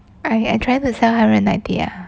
I I trying to sell hundred and ninety ah